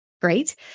great